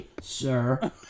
sir